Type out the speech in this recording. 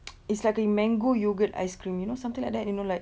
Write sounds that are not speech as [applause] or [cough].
[noise] it's like a mango yogurt ice cream you know something like that you know like